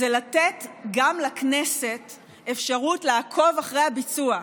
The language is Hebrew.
זה לתת גם לכנסת אפשרות לעקוב אחרי הביצוע,